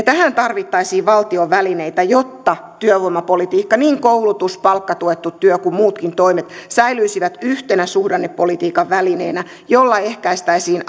tähän tarvittaisiin valtion välineitä jotta työvoimapolitiikka niin koulutus palkkatuettu työ kuin muutkin toimet säilyisi yhtenä suhdannepolitiikan välineenä jolla ehkäistäisiin